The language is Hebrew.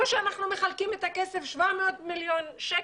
לא שאנחנו מחלקים את הכסף 700,000,000 ₪.